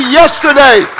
yesterday